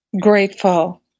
grateful